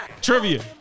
Trivia